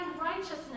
righteousness